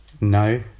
No